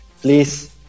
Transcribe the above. please